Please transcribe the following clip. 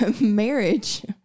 marriage